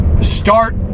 start